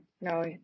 No